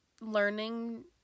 learning